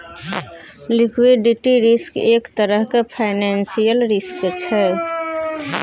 liquidity risk एक तरहक financial risk छै